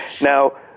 Now